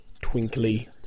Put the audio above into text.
twinkly